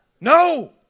No